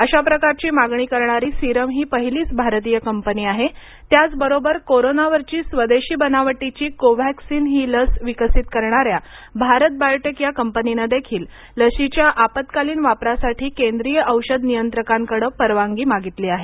अशा प्रकारची मागणी करणारी सिरम ही पहिलीच भारतीय कंपनी आहे त्याचबरोबर कोरोनावरची स्वदेशी बनावटीची कोव्हॅक्सीन ही लस विकसीत करणाऱ्या भारत बायोटेक या कंपनीनं देखील लशीच्या आपत्कालीन वापरासाठी केंद्रीय औषध नियंत्रकांकडं परवानगी मागितली आहे